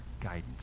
guidance